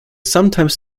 sometimes